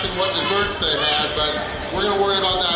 what desserts they had but we're going to worry about